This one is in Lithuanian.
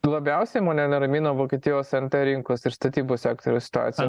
labiausiai mone neramina vokietijos nt rinkos ir statybų sektoriaus situacija